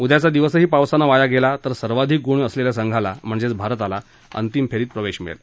उद्याचा दिवसही पावसानं वाया गेल्यास सर्वाधिक गुण असलेल्या संघाला म्हणजेच भारताला अंतिम फेरीत प्रवेश मिळेल